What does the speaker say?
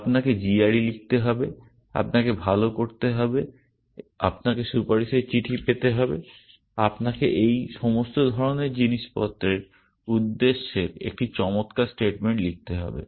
আপনাকে g r e লিখতে হবে আপনাকে ভাল করতে হবে আপনাকে সুপারিশ এর চিঠি পেতে হবে আপনাকে এই সমস্ত ধরণের জিনিসপত্রের উদ্দেশ্যের একটি চমৎকার স্টেটমেন্ট লিখতে হবে